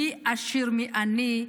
מי עשיר ומי עני.